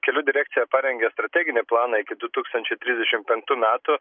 kelių direkcija parengė strateginį planą iki du tūkstančiai trisdešim penktų metų